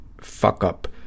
fuck-up